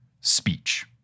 speech